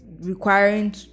requiring